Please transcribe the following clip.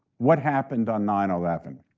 what happened on nine eleven?